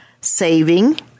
saving